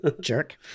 jerk